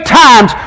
times